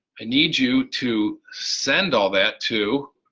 i need you to send all that to